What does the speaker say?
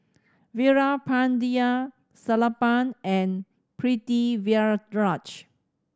Veerapandiya Sellapan and Pritiviraj